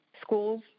schools